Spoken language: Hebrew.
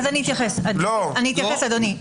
אני אתייחס, אדוני.